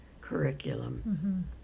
curriculum